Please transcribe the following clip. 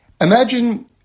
Imagine